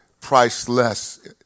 priceless